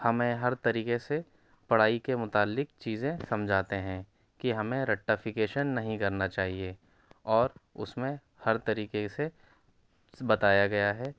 ہمیں ہر طریقے سے پڑھائی کے متعلق چیزیں سمجھاتے ہیں کہ ہمیں رٹّافکیشن نہیں کرنا چاہیے اور اُس میں ہر طریقے سے بتایا گیا ہے